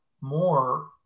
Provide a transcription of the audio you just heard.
more